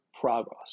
progress